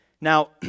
Now